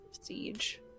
siege